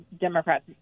democrats